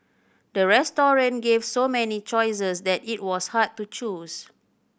the restaurant gave so many choices that it was hard to choose